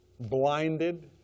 blinded